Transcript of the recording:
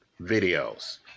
videos